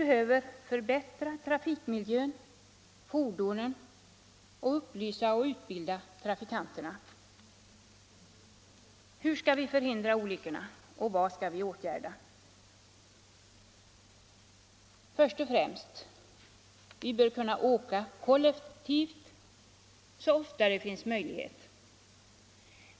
Vi behöver förbättra trafikmiljön och fordonen samt upplysa och utbilda trafikanterna. Hur skall vi förhindra olyckorna och vad skall vi åtgärda? Först och främst bör vi åka kollektivt så ofta det finns möjlighet.